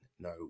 no